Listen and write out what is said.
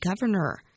Governor